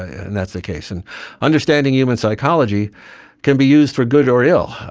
and that's the case. and understanding human psychology can be used for good or ill.